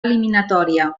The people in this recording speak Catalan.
eliminatòria